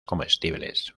comestibles